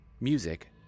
Music